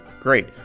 Great